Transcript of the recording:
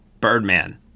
Birdman